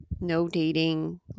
no-dating